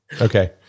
Okay